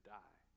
die